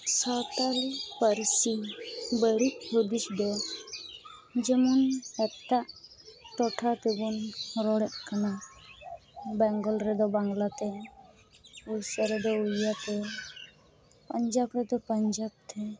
ᱥᱟᱱᱛᱟᱲᱤ ᱯᱟᱹᱨᱥᱤ ᱵᱟᱹᱲᱤᱡ ᱦᱩᱫᱤᱥ ᱫᱚ ᱡᱮᱢᱚᱱ ᱮᱴᱟᱜ ᱴᱚᱴᱷᱟ ᱛᱮᱵᱚᱱ ᱨᱚᱲᱮᱫ ᱠᱟᱱᱟ ᱵᱮᱝᱜᱚᱞ ᱨᱮᱫᱚ ᱵᱟᱝᱞᱟ ᱛᱮ ᱚᱲᱤᱥᱟ ᱨᱮᱫᱚ ᱚᱲᱤᱭᱟ ᱛᱮ ᱯᱟᱧᱡᱟᱵᱽ ᱨᱮᱫᱚ ᱯᱟᱧᱡᱟᱵᱽ ᱛᱮ